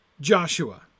Joshua